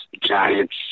Giants